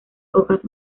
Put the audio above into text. hojas